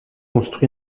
construire